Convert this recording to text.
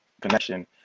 connection